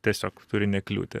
tiesiog turi nekliūti